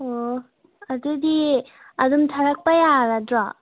ꯑꯣ ꯑꯗꯨꯗꯤ ꯑꯗꯨꯝ ꯊꯥꯔꯛꯄ ꯌꯥꯔꯗ꯭ꯔꯣ